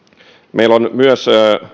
tärkeät myös